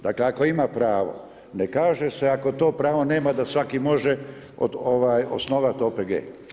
Dakle, ako ima pravo, ne kaže se ako to pravo nema da svaki može osnovati OPG.